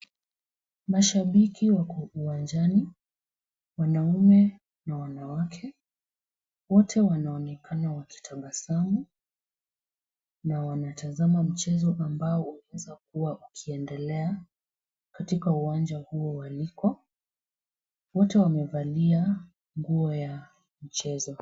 Mashabiki wako uwanjani, wanaume na wanawake, wote wanaonekana wakitabasamu na wanatazama mchezo ambao unaweza kuwa ukiendelea katika uwanja huo wa Nicco, wote wamevalia nguo ya mchezo.